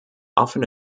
often